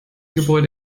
gebäude